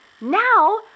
now